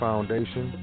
Foundation